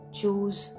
choose